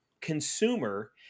consumer